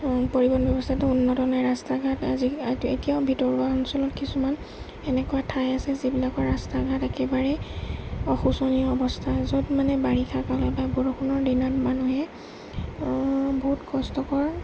পৰিৱহন ব্যৱস্থাটো উন্নত নাই ৰাস্তা ঘাট আজি এতিয়াও ভিতৰুৱা অঞ্চলত কিছুমান এনেকুৱা ঠাই আছে যিবিলাকৰ ৰাস্তা ঘাট একেবাৰে অশোচনীয় অৱস্থা য'ত মানে বাৰিষা কালত বা বৰষুণৰ দিনত মানুহে অঁ বহুত কষ্টকৰ